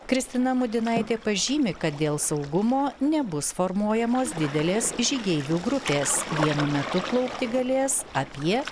kristina mudinaitė pažymi kad dėl saugumo nebus formuojamos didelės žygeivių grupės vienu metu plaukti galės apie